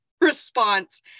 response